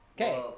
Okay